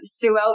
throughout